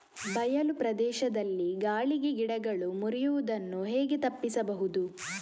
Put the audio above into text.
ಬಯಲು ಪ್ರದೇಶದಲ್ಲಿ ಗಾಳಿಗೆ ಗಿಡಗಳು ಮುರಿಯುದನ್ನು ಹೇಗೆ ತಪ್ಪಿಸಬಹುದು?